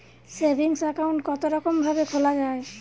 Saving account কতরকম ভাবে খোলা য়ায়?